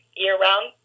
year-round